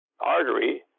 artery